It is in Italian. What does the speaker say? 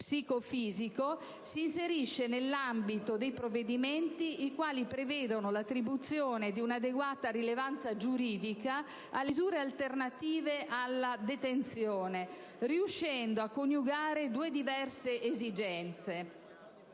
psicofisico, si inserisce nell'ambito dei provvedimenti che prevedono l'attribuzione di un'adeguata rilevanza giuridica alle misure alternative alla detenzione, riuscendo a coniugare due diverse esigenze: